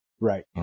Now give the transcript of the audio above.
right